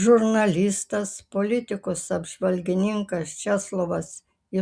žurnalistas politikos apžvalgininkas česlovas